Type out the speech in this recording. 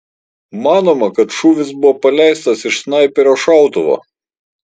manoma kad šūvis buvo paleistas iš snaiperio šautuvo